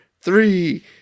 three